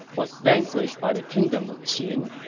was vanquished by the kingdom of qin,